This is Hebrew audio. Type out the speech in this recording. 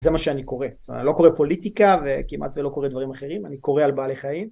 זה מה שאני קורא. לא קורא פוליטיקה וכמעט ולא קורא דברים אחרים, אני קורא על בעלי חיים.